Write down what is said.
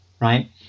right